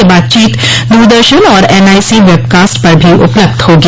यह बातचीत दूरदर्शन और एनआईसी वेबकास्ट पर भी उपलब्ध होगी